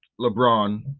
LeBron